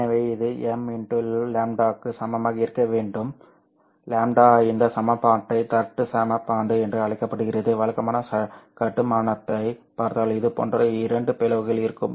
எனவே இது m λ க்கு சமமாக இருக்க வேண்டும் λ இந்த சமன்பாட்டை தட்டு சமன்பாடு என்று அழைக்கப்படுகிறது வழக்கமான கட்டுமானத்தைப் பார்த்தால் இதுபோன்ற இரண்டு பிளவுகள் இருக்கும்